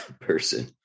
person